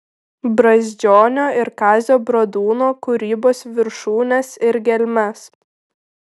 brazdžionio ir kazio bradūno kūrybos viršūnes ir gelmes